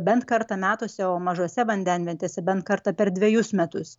bent kartą metuose o mažose vandenvietėse bent kartą per dvejus metus